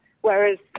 whereas